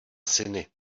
syny